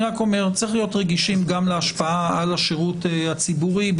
צריך להיות רגישים גם להשפעה על השירות הציבורי,